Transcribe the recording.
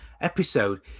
episode